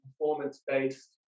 performance-based